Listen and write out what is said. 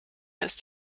ist